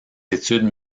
études